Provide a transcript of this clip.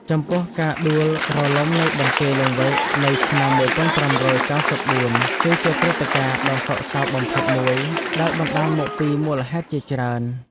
ចំពោះ ការដួលរលំនៃបន្ទាយលង្វែកនៅឆ្នាំ ១៥៩៤ គឺជាព្រឹត្តិការណ៍ដ៏សោកសៅបំផុតមួយ ដែលបណ្ដាលមកពីមូលហេតុជាច្រើន។